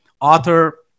author